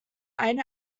eine